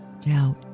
doubt